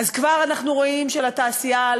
כבר אנחנו רואים שלתעשייה,